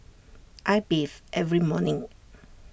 I bathe every morning